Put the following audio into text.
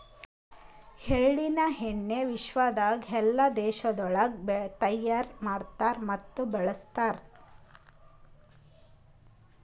ಎಳ್ಳಿನ ಎಣ್ಣಿ ವಿಶ್ವದಾಗ್ ಎಲ್ಲಾ ದೇಶಗೊಳ್ದಾಗ್ ತೈಯಾರ್ ಮಾಡ್ತಾರ್ ಮತ್ತ ಬಳ್ಸತಾರ್